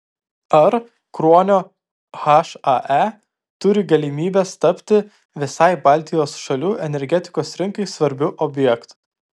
ar kruonio hae turi galimybę tapti visai baltijos šalių energetikos rinkai svarbiu objektu